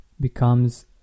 becomes